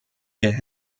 ihr